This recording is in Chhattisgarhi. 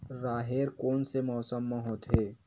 राहेर कोन से मौसम म होथे?